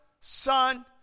son